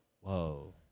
Whoa